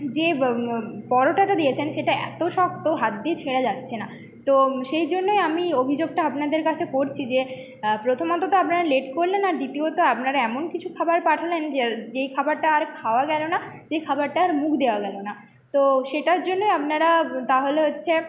যে পরোটাটা দিয়েছেন সেটা এত শক্ত হাত দিয়ে ছেঁড়া যাচ্ছে না তো সেই জন্যই আমি অভিযোগটা আপনাদের কাছে করছি যে প্রথমত তো আপনারা লেট করলেন আর দ্বিতীয়ত আপনারা এমন কিছু খাবার পাঠালেন যেই খাবারটা আর খাওয়া গেল না যে খাবারটা আর মুখ দেওয়া গেল না তো সেটার জন্যই আপনারা তাহলে হচ্ছে